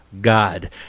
God